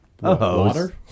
water